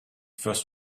first